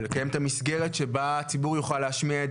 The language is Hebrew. ולקיים את המסגרת שבה הציבור יוכל להשמיע את